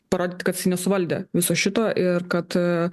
parodyt kad jisai nesuvaldė viso šito ir kad